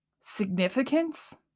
significance